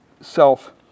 self